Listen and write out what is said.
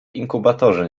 inkubatorze